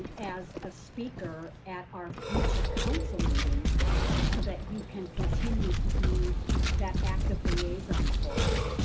as a speaker at our future council meetings so that you can continue to be that active liaison for us.